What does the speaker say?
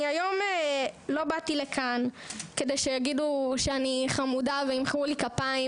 היום לא באתי לכאן כדי שיגידו שאני חמודה וימחאו לי כפיים,